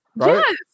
Yes